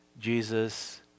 Jesus